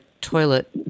toilet